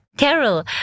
Carol